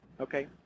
Okay